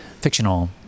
fictional